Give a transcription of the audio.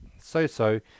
so-so